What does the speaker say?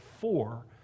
four